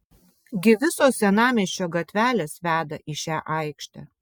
gi visos senamiesčio gatvelės veda į šią aikštę